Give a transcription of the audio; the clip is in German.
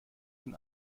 von